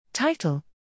Title